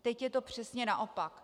Teď je to přesně naopak.